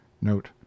note